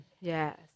Yes